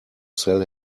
sell